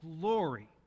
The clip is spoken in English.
glory